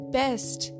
best